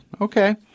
Okay